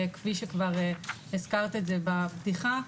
כפי שכבר הזכרת את זה בפתיחה.